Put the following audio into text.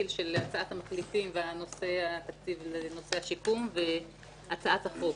של הצעת המחליטים בנושא השיקום והצעת החוק.